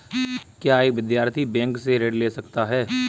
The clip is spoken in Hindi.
क्या एक विद्यार्थी बैंक से ऋण ले सकता है?